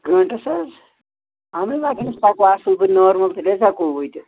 گٲنٹَس حظ اہن حظ اگر أسۍ پکو اصل پٲٹھۍ نارمل تیٚلہِ حظ ہیٚکو وٲتِتھ